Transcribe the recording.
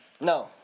No